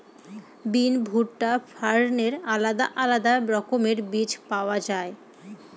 বিন, ভুট্টা, ফার্নের আলাদা আলাদা রকমের বীজ পাওয়া যায়